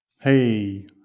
Hey